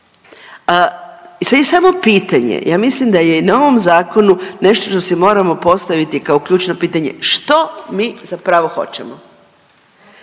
Sad je samo pitanje, ja mislim da je na ovom Zakonu nešto što si moramo postaviti kao ključno pitanje, što mi zapravo hoćemo.